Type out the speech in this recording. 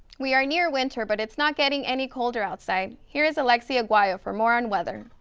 we are near winter but it's not getting any colder outside. here is alexie aguayo for more on weather.